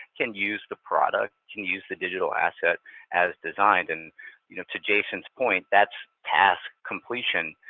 can use the product, can use the digital asset as designed. and you know to jason's point, that's task completion.